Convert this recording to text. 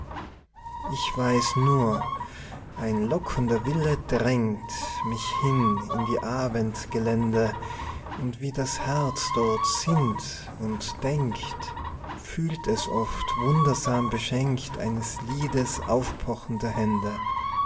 ich weiß nur ein lockender wille drängt mich hin in die abendgelände und wie das herz dort sinnt und denkt fühlt es oft wundersam beschenkt eines liedes aufpochende hände